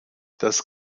das